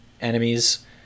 enemies